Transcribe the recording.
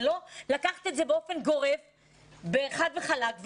ולא לקחת את זה באופן גורף חד וחלק.